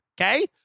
okay